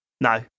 No